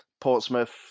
Portsmouth